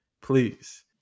please